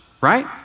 right